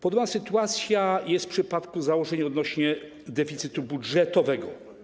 Podobna sytuacja jest w przypadku założeń odnośnie do deficytu budżetowego.